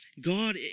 God